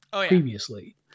previously